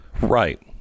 Right